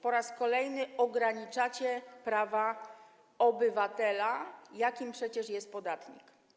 Po raz kolejny ograniczacie prawa obywatela, jakim przecież jest podatnik.